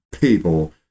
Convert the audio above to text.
people